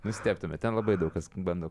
nustebtumėt ten labai daug kas bando